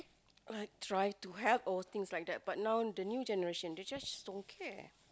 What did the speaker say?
uh try to have old things like that but now the new generation they just don't care